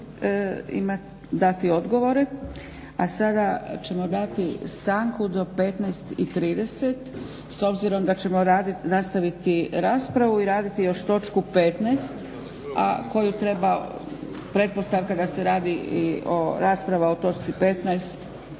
rasprave dati odgovore. A sada ćemo dati stanku do 15,30 s obzirom da ćemo nastaviti raspravu i raditi još točku 15., a koju treba pretpostavka da se radi i o raspravi o točci 15.,